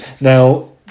Now